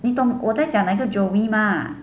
你懂我在讲哪一个 joey mah